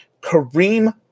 Kareem